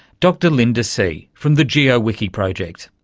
dr linda see from the geo-wiki project,